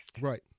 Right